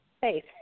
faith